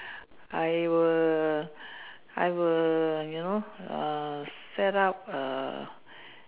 I will I will you know err set up A